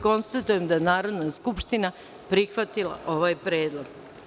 Konstatujem da je Narodna skupština prihvatila ovaj predlog.